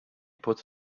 put